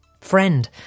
friend